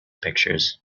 pictures